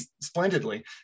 splendidly